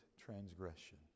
transgression